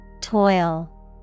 Toil